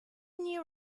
new